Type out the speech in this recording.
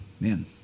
Man